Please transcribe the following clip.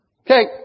Okay